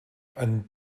and